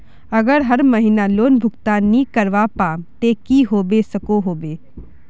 अगर हर महीना लोन भुगतान नी करवा पाम ते की होबे सकोहो होबे?